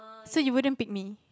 so you wouldn't pick me